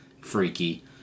freaky